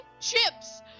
chips